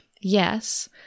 Yes